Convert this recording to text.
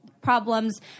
problems